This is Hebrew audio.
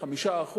5%,